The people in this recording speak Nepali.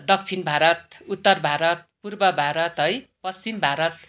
दक्षिण भारत उत्तर भारत पूर्व भारत है पश्चिम भारत